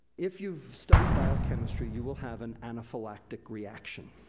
if you've studied biochemistry, you will have an anaphylactic reaction.